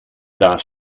das